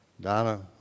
Donna